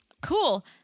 cool